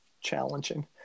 challenging